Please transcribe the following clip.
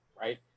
right